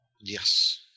Yes